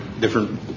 different